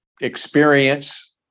experience